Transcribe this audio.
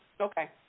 Okay